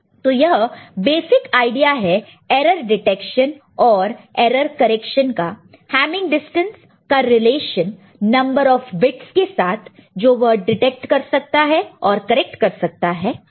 तो यह basic idea है एरर डिटेक्शन और एरर करेक्शन का हैमिंग डिस्टेंस का रिलेशन नंबर ऑफ बिट्स के साथ जो वह डिटेक्ट कर सकता है और करेक्ट कर सकता है